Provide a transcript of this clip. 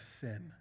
sin